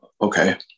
okay